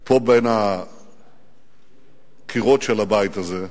פה, בין הקירות של הבית הזה,